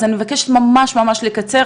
אז אני מבקשת ממש לקצר,